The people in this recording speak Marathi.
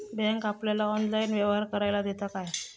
बँक आपल्याला ऑनलाइन व्यवहार करायला देता काय?